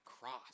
cross